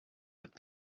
would